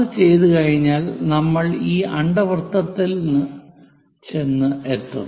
അത് ചെയ്തുകഴിഞ്ഞാൽ നമ്മൾ ഈ അണ്ഡവൃത്തത്തിൽ ചെന്ന് എത്തും